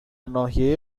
ناحیه